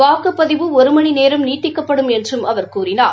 வாக்குப்பதிவு ஒரு மணி நேரம் நீட்டிக்கப்படும் என்றும் அவர் கூறினார்